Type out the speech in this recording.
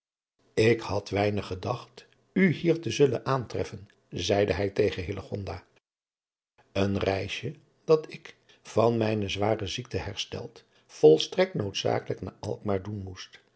ik had weinig gedacht u hier te zullen aantreffen zeide hij tegen hillegonda een reisje dat ik van mijne zware ziekte hersteld volstrekt noodzakelijk naar alkmaar doen moest